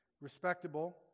respectable